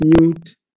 mute